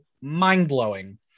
mind-blowing